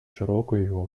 широкую